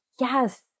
yes